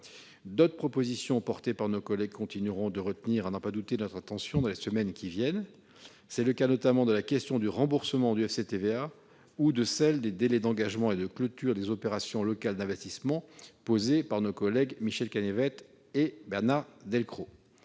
d'autres propositions défendues par nos collègues continueront de retenir notre attention dans les semaines qui viennent. C'est le cas de la question du remboursement du FCTVA ou de celle des délais d'engagement et de clôture des opérations locales d'investissement, posées par nos collègues Michel Canevet et Bernard Delcros.